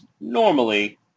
normally